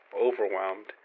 overwhelmed